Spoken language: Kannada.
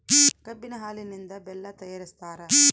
ಕಬ್ಬಿನ ಹಾಲಿನಿಂದ ಬೆಲ್ಲ ತಯಾರಿಸ್ತಾರ